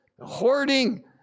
hoarding